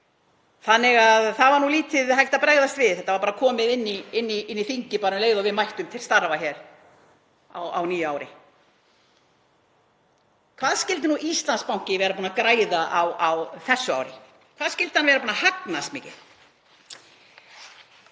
þannig að það var lítið hægt að bregðast við. Þetta var bara komið inn í þingið um leið og við mættum til starfa hér á nýju ári. Hvað skyldi nú Íslandsbanki vera búinn að græða á þessu ári? Hvað skyldi hann vera búinn að hagnast mikið?